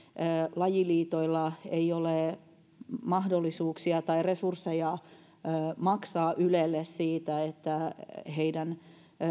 lajiliitoilla ei ole mahdollisuuksia tai resursseja maksaa ylelle siitä että heidän